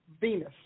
Venus